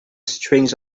strings